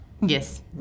Yes